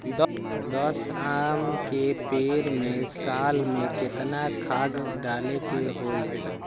दस आम के पेड़ में साल में केतना खाद्य डाले के होई?